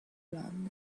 london